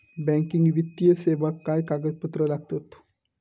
Banking वित्तीय सेवाक काय कागदपत्र लागतत?